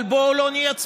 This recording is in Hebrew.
אבל בואו לא נהיה צבועים: